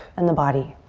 and the body?